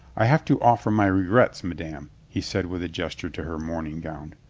i have to offer my regrets, madame, he said with a gesture to her mourning gown.